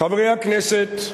חברי הכנסת,